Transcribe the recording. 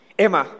Emma